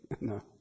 No